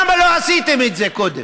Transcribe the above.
למה לא עשיתם את זה קודם?